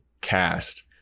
cast